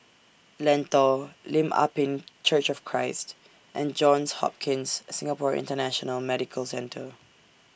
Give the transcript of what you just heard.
Lentor Lim Ah Pin Church of Christ and Johns Hopkins Singapore International Medical Centre